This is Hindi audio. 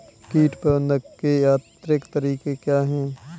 कीट प्रबंधक के यांत्रिक तरीके क्या हैं?